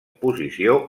posició